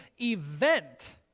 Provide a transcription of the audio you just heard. event